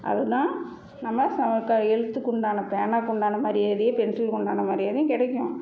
அதுதான் நம்ம எழுத்துக்கு உண்டான பேனாவுக்கு உண்டான மரியாதையும் பென்சிலுக்கு உண்டான மரியாதையும் கிடைக்கும்